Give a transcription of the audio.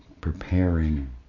preparing